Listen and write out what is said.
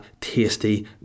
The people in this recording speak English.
tasty